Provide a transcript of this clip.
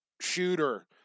Shooter